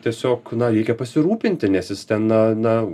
tiesiog reikia pasirūpinti nes jis ten na na